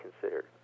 considered